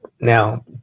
now